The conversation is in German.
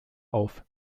auf